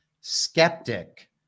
skeptic